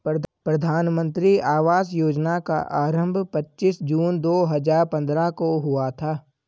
प्रधानमन्त्री आवास योजना का आरम्भ पच्चीस जून दो हजार पन्द्रह को हुआ था